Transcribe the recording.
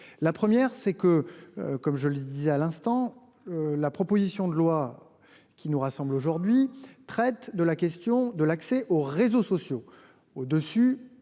la première c'est que, comme je le disais à l'instant. La proposition de loi qui nous rassemble aujourd'hui traite de la question de l'accès aux réseaux sociaux au dessus